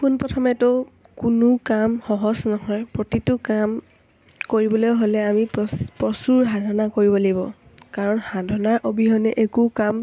পোনপ্ৰথমেতো কোনো কাম সহজ নহয় প্ৰতিটো কাম কৰিবলৈ হ'লে আমি প্ৰচ প্ৰচুৰ সাধনা কৰিব লাগিব কাৰণ সাধনাৰ অবিহনে একো কাম